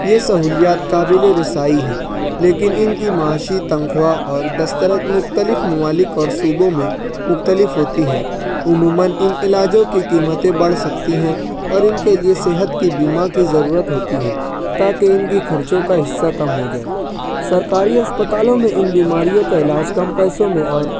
یہ سہولیات قابل رسائی ہیں لیکن ان کی معاشی تنخواہ اور دسترس مختلف ممالک اور صوبوں ميں مختلف ہوتى ہيں عموماً ان علاجوں كى قيمتيں بڑھ سکتی ہیں اور ان کے لیے صحت کے بیمہ کی ضرورت ہوتی ہے تاکہ ان کی خرچوں کا حصہ کم ہو جائے سرکاری اسپتالوں میں ان بیماریوں کا علاج کم پیسوں میں اور